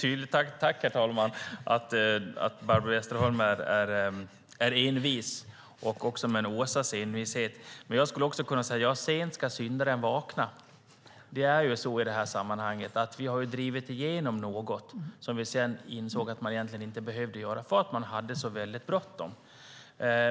Herr talman! Det är tydligt att Barbro Westerholm har en åsnas envishet. Men jag skulle kunna säga: Sent ska syndaren vakna. Man har drivit igenom något, som man sedan insåg att man egentligen inte behövde göra, därför att man hade så väldigt bråttom.